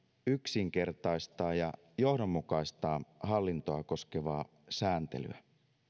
yksinkertaistaa ja johdonmukaistaa hallintoa koskevaa sääntelyä